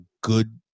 good